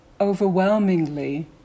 overwhelmingly